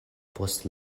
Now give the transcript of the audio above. post